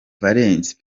valens